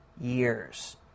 years